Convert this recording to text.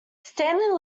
stanley